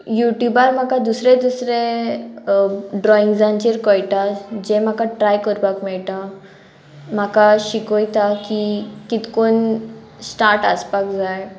युट्यूबार म्हाका दुसरे दुसरे ड्रॉइंग्सांचेर कळटा जे म्हाका ट्राय करपाक मेळटा म्हाका शिकयता की कितकोन स्टार्ट आसपाक जाय